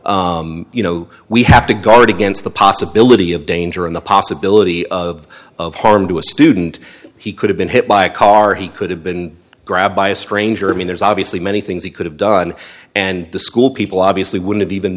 area you know we have to guard against the possibility of danger in the possibility of of harm to a student he could have been hit by a car he could have been grabbed by a stranger i mean there's obviously many things he could have done and the school people obviously wouldn't